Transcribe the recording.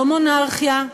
לא מונרכיה.